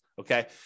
okay